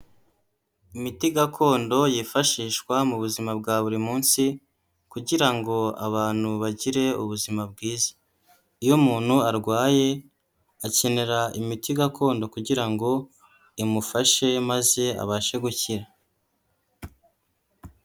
Imiti gakondo yifashishwa mu buzima bwa buri munsi kugira ngo abantu bagire ubuzima bwiza. Iyo umuntu arwaye akenera imiti gakondo kugira ngo imufashe maze abashe gukira.